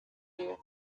year